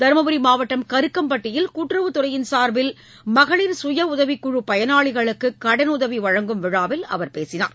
தர்மபுரி மாவட்டம் கருக்கம்பட்டியில் கூட்டுறவுத்துறையின் சார்பில் மகளிர் கயஉதவிக்குழு பயனாளிகளுக்கு கடனுதவி வழங்கும் விழாவில் அவர் பேசினார்